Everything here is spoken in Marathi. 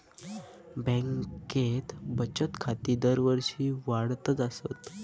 बँकेत बचत खाती दरवर्षी वाढतच आसत